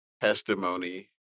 testimony